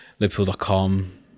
Liverpool.com